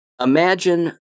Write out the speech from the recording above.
Imagine